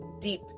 deep